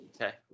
okay